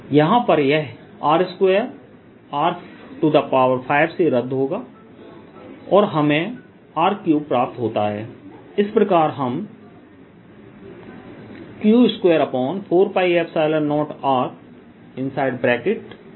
यहां पर यह R2 R5 से रद्द होगा और हमें R3 प्राप्त होता है इस प्रकार हम Q24π0R 34 14154πR3Q लिख सकते हैं